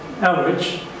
average